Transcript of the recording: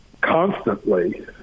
constantly